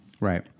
right